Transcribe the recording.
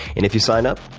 and if you sign up,